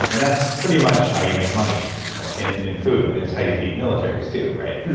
and and that's pretty much how you make money in in food and it's how you feed militaries too, right?